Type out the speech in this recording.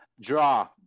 Draw